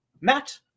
matt